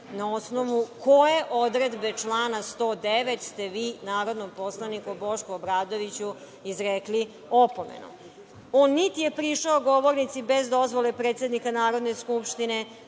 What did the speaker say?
na osnovu koje odredbe člana 109. ste vi narodnom poslaniku, Bošku Obradoviću, izrekli opomenu? On niti je prišao govornici bez dozvole predsednika Narodne skupštine,